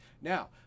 now